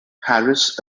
harris